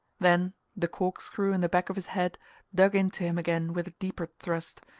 then the corkscrew in the back of his head dug into him again with a deeper thrust,